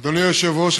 אדוני היושב-ראש,